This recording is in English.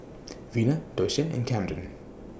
Vina Doshia and Kamden